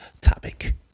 topic